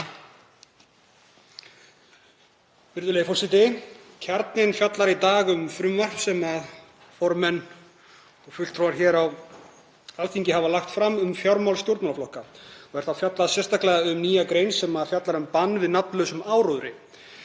Virðulegur forseti. Kjarninn fjallar í dag um frumvarp sem formenn og fulltrúar hér á Alþingi hafa lagt fram um fjármál stjórnmálaflokka. Er þar fjallað sérstaklega um nýja grein sem fjallar um bann við nafnlausum áróðri.